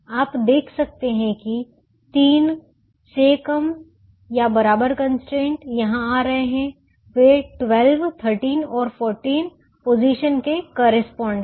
आप देख सकते हैं कि तीन से कम या बराबर कंस्ट्रेंट यहां आ रहे हैं वे 12 13 और 14 पोजीशन के करेस्पॉन्ड हैं